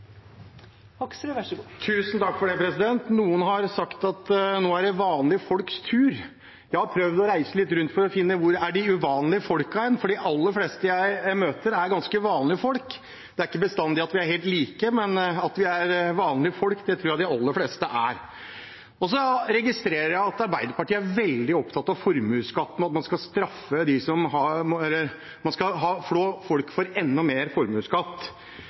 det vanlige folks tur. Jeg har prøvd å reise litt rundt for å finne ut hvor de uvanlige folkene er, for de aller fleste jeg møter, er ganske vanlige folk. Det er ikke bestandig vi er helt like, men jeg tror at de aller fleste er vanlige folk. Så registrerer jeg at Arbeiderpartiet er veldig opptatt av formuesskatten, at man skal flå folk med enda mer formuesskatt. Da er det ganske greit å møte et par vanlige folk